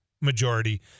majority